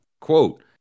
Quote